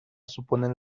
suponen